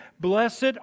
Blessed